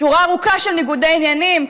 שורה ארוכה של ניגודי עניינים,